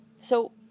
So